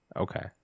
okay